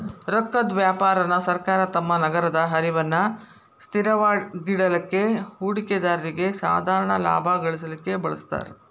ರೊಕ್ಕದ್ ವ್ಯಾಪಾರಾನ ಸರ್ಕಾರ ತಮ್ಮ ನಗದ ಹರಿವನ್ನ ಸ್ಥಿರವಾಗಿಡಲಿಕ್ಕೆ, ಹೂಡಿಕೆದಾರ್ರಿಗೆ ಸಾಧಾರಣ ಲಾಭಾ ಗಳಿಸಲಿಕ್ಕೆ ಬಳಸ್ತಾರ್